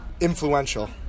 Influential